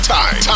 time